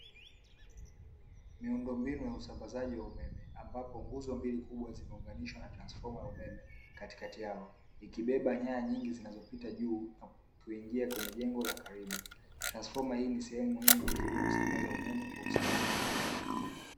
Miundombinu ya usambazaji wa umeme, ambapo nguzo mbili kubwa zimeunganishwa na transfoma ya umeme katikati yao, ikibeba nyaya nyingi zinazopita juu na kuingia kwenye jengo la karibu. Transfoma hii ni sehemu muhimu ya mfumo wa kusambaza umeme kwa usalama.